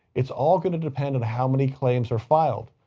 it's all going to depend on how many claims are filed.